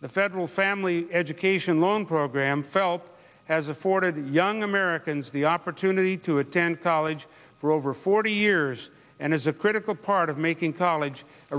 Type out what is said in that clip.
the federal family education loan program felt has afforded young americans the opportunity to attend college for over forty years and as a critical part of making college a